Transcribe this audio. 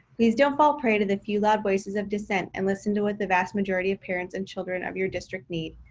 please don't fall prey to the few loud voices of dissent and listen to what the vast majority of parents and children of your district need.